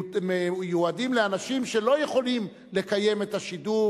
שמיועדים לאנשים שלא יכולים לקיים את השידור